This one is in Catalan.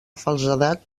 falsedat